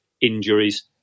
injuries